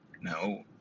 No